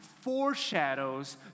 foreshadows